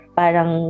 parang